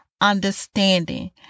understanding